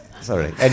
sorry